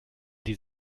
die